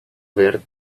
behar